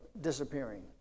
disappearing